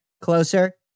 Closer